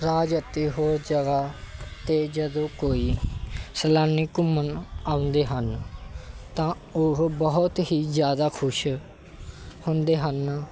ਰਾਜ ਅਤੇ ਹੋਰ ਜਗ੍ਹਾ 'ਤੇ ਜਦੋਂ ਕੋਈ ਸੈਲਾਨੀ ਘੁੰਮਣ ਆਉਂਦੇ ਹਨ ਤਾਂ ਉਹ ਬਹੁਤ ਹੀ ਜ਼ਿਆਦਾ ਖੁਸ਼ ਹੁੰਦੇ ਹਨ